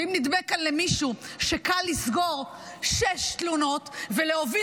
ואם נדמה כאן למישהו שקל לסגור שש תלונות ולהוביל